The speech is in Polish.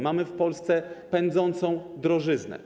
Mamy w Polsce pędzącą drożyznę.